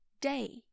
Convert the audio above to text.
day